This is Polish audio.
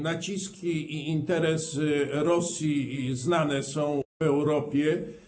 Naciski i interesy Rosji znane są w Europie.